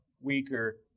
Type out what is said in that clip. weaker